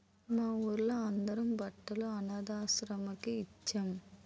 మా వూళ్ళో అందరం బట్టలు అనథాశ్రమానికి ఇచ్చేం